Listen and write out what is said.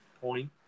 point